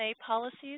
Policies